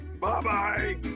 bye-bye